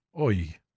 Oi